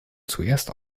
zuerst